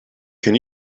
can